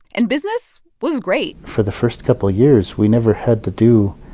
and business was great for the first couple of years, we never had to do